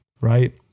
Right